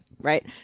Right